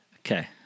okay